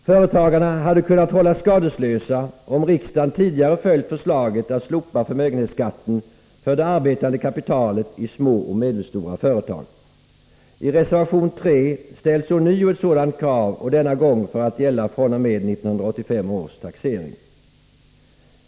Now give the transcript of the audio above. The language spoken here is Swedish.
Företagarna hade kunnat hållas skadeslösa om riksdagen tidigare följt förslaget att slopa förmögenhetsskatten för det arbetande kapitalet i små och medelstora företag. I reservation 3, som gäller den moderata motionen 1983/84:60, ställs ånyo ett sådant krav, och denna gång för att gälla fr.o.m. 1985 års taxering.